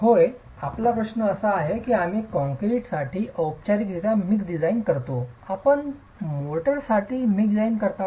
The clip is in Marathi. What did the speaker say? होय आपला प्रश्न असा आहे की आम्ही कॉंक्रिटसाठी औपचारिक मिक्स डिझाइन करतो आपण मोर्टारसाठी मिक्स डिझाइन करता का